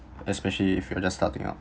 especially if you're just starting out